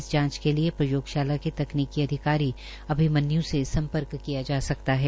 इस जांच के लिये प्रयोगशाला के तकनीकी अधिकारी अभिमन्य् से संपर्क किया जा सकता हैं